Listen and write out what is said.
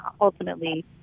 ultimately